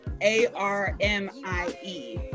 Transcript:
A-R-M-I-E